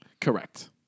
Correct